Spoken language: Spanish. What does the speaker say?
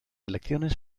elecciones